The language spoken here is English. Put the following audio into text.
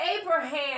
Abraham